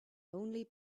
only